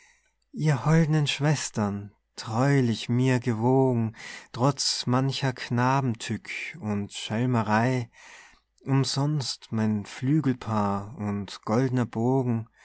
ihr holden schwestern treulich mir gewogen trotz mancher knabentück und schelmerei umsonst mein flügelpaar und goldner bogen